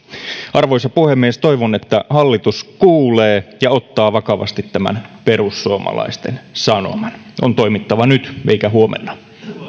arvoisa puhemies toivon että hallitus kuulee ja ottaa vakavasti tämän perussuomalaisten sanoman on toimittava nyt eikä huomenna